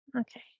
Okay